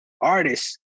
artists